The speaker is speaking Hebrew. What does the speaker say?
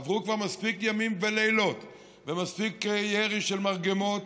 עברו כבר מספיק ימים ולילות ומספיק ירי של מרגמות